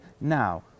Now